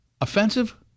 offensive